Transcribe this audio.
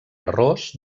ros